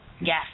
Yes